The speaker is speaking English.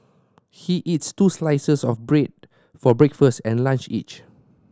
he eats two slices of bread for breakfast and lunch each